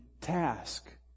task